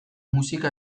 musika